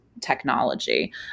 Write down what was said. technology